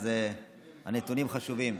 אז הנתונים חשובים.